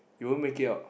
you won't make it up